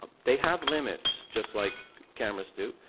ah they have limits, just like cameras do,